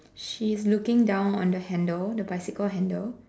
she's looking down on the handle the bicycle handle